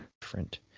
different